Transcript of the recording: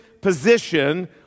position